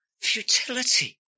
Futility